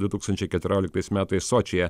du tūkstančiai keturioliktais metais sočyje